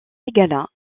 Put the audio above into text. ségala